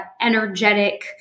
energetic